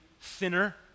sinner